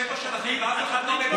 שבע שלכם, ואף אחד לא מבין אותה.